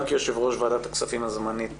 גם כיושב-ראש ועדת הכספים הזמנית